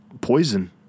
poison